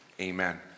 Amen